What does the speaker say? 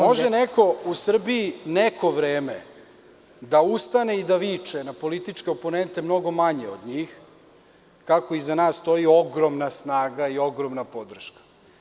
Može neko u Srbiji neko vreme da ustane i da viče na političke oponente mnogo manje od njih, kako iza nas stoji ogromna snaga i ogromna podrška.